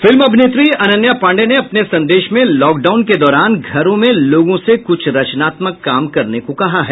film अभिनेत्री अनन्या पाण्डे ने अपने संदेश में लॉकडाउन के दौरान घरों में लोगों से कुछ रचनात्मक काम करने को कहा है